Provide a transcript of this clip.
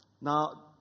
Now